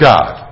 God